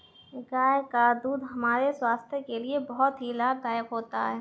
गाय का दूध हमारे स्वास्थ्य के लिए बहुत ही लाभदायक होता है